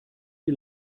die